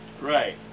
Right